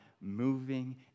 moving